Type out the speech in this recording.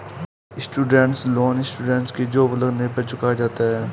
student loan students की job लगने पर चुकाया जाता है